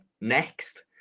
next